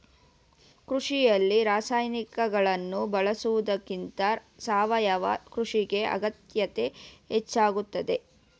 ಕೃಷಿಯಲ್ಲಿ ರಾಸಾಯನಿಕಗಳನ್ನು ಬಳಸುವುದಕ್ಕಿಂತ ಸಾವಯವ ಕೃಷಿಗೆ ಆದ್ಯತೆ ನೀಡಲಾಗುತ್ತದೆ